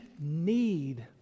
need